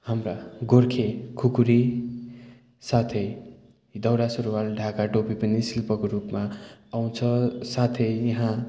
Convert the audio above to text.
हाम्रा गोर्खे खुकुरी साथै दौरा सुरुवाल ढाका टोपी पनि शिल्पको रूपमा आउँछ साथै यहाँ